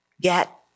get